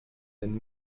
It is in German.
den